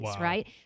right